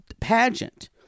pageant